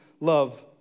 love